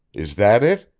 is that it?